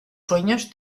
sueños